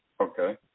Okay